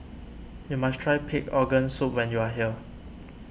you must try Pig Organ Soup when you are here